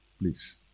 please